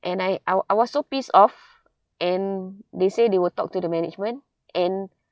and I I wa~ I was so pissed off and they say they will talk to the management and